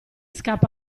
scappa